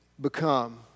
become